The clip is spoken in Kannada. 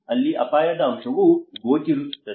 ಅಲ್ಲಿ ಅಪಾಯದ ಅಂಶವು ಗೋಚರಿಸುತ್ತದೆ